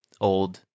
old